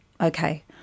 okay